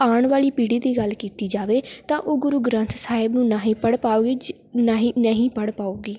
ਆਉਣ ਵਾਲੀ ਪੀੜੀ ਦੀ ਗੱਲ ਕੀਤੀ ਜਾਵੇ ਤਾਂ ਉਹ ਗੁਰੂ ਗ੍ਰੰਥ ਸਾਹਿਬ ਨੂੰ ਨਾ ਹੀ ਪੜ੍ਹ ਪਾਉਗੀ ਚ ਨਾ ਹੀ ਨਹੀਂ ਹੀ ਪੜ੍ਹ ਪਾਊਗੀ